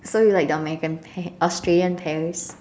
so you like the American pear Australian pears